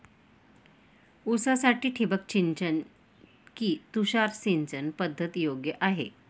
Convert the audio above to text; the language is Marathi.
ऊसासाठी ठिबक सिंचन कि तुषार सिंचन पद्धत योग्य आहे?